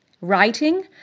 Writing